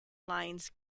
lines